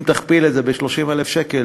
אם תכפיל את זה ב-30,000 שקל,